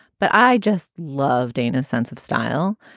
but i just love dana's sense of style.